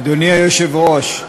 אדוני היושב-ראש,